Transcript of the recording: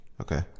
Okay